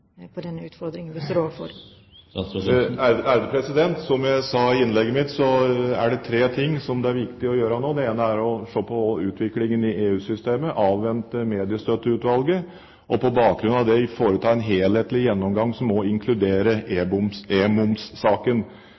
utfordringen vi står overfor? Som jeg sa i innlegget mitt, er det tre ting som det er viktig å gjøre nå: Det er å se på utviklingen i EU-systemet, avvente Mediestøtteutvalget og på bakgrunn av det foreta en helhetlig gjennomgang som også inkluderer e-momssaken. Da må